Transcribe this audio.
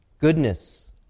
goodness